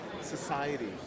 society